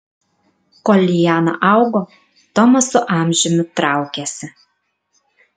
kol liana augo tomas su amžiumi traukėsi